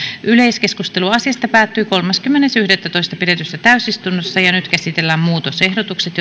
yleiskeskustelu asiasta päättyi kolmaskymmenes yhdettätoista kaksituhattaseitsemäntoista pidetyssä täysistunnossa nyt käsitellään muutosehdotukset